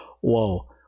whoa